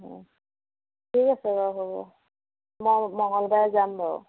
ঠিক আছে বাৰু হ'ব মই মংগলবাৰে যাম বাৰু হ'ব